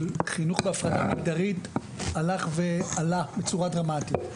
חינוך בהפרדה מגדרית הלך ועלה בצורה דרמטית,